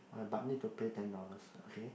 uh but need to pay ten dollars okay